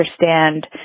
understand